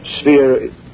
sphere